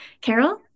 Carol